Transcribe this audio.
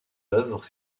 œuvres